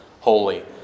holy